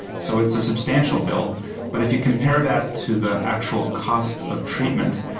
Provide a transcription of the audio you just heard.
so it's a substantial bill but if you compare that to the actual cost of treatment,